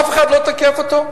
אף אחד לא תוקף אותו?